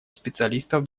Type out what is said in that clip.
специалистов